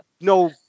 no